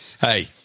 Hey